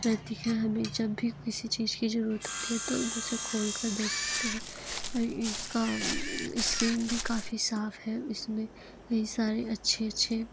गलती से हमें जब भी किसी चीज की जरूरत होती है तो उसे खोल कर देख सकते हैं इसका स्क्रीन भी काफ़ी साफ है इसमें ये सारी अच्छे अच्छे